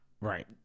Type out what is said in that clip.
Right